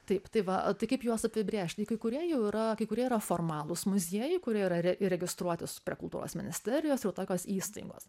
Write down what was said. taip tai va tai kaip juos apibrėžt tai kai kurie jau yra kai kurie yra formalūs muziejai kurie yra re įregistruoti su prie kultūros ministerijos yra tokios įstaigos